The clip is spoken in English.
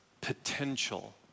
potential